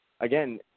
Again